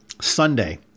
Sunday